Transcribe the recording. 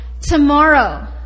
tomorrow